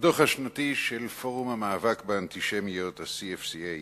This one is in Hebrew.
הדוח השנתי של פורום המאבק באנטישמיות, ה-CFCA,